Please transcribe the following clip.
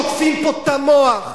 שוטפים פה את המוח.